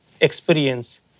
experience